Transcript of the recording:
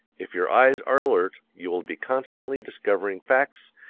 if your eyes are alert you will be constantly discovering facts,